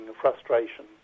frustration